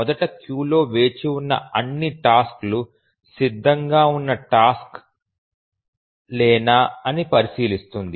మొదట క్యూలో వేచి ఉన్న అన్ని టాస్క్ లు సిద్ధంగా ఉన్న టాస్క్ లేనా అని పరిశీలిస్తుంది